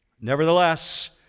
Nevertheless